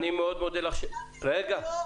אני מודה לך שהצטרפת לדיון.